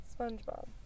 SpongeBob